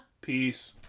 Peace